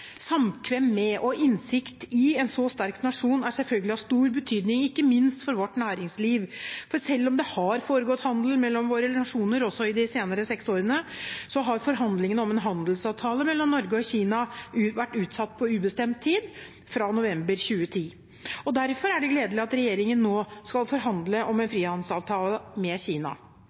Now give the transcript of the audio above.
Samkvem med og innsikt i en så sterk nasjon er selvfølgelig av stor betydning, ikke minst for vårt næringsliv, for selv om det har foregått handel mellom våre nasjoner også i de senere seks årene, har forhandlingene om en handelsavtale mellom Norge og Kina vært utsatt på ubestemt tid – fra november 2010. Derfor er det gledelig at regjeringen nå skal forhandle om en frihandelsavtale med Kina.